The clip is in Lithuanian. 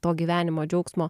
to gyvenimo džiaugsmo